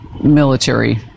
military